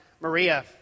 Maria